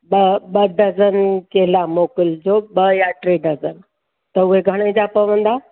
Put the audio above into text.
ॿ ॿ डज़न केला मोकिलिजो ॿ या टे डज़न त उहे घणे जा पवंदा